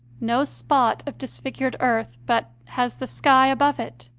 no spot of disfigured earth but has the sky above it.